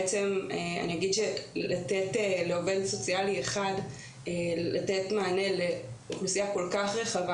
בעצם אני אגיד שלעובד סוציאלי אחד לתת מענה לאוכלוסייה כל כך רחבה,